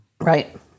Right